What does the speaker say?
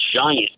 giant